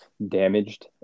damaged